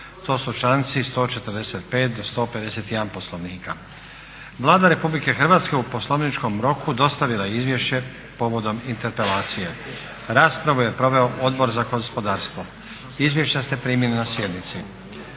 To su članci 145. do 151. Poslovnika. Vlada Republike Hrvatske u poslovničkom roku dostavila je izvješće povodom interpelacije. Raspravu je proveo Odbor za gospodarstvo. Izvješća ste primili na sjednici.